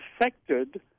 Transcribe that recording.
affected